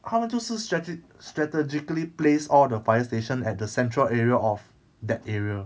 他们就是 strate~ strategically place all the fire station at the central area of that area